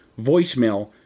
voicemail